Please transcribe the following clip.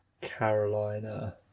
Carolina